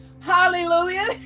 hallelujah